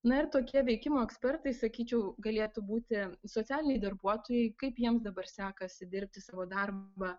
na ir tokie veikimo ekspertai sakyčiau galėtų būti socialiniai darbuotojai kaip jiems dabar sekasi dirbti savo darbą